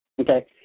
Okay